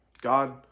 God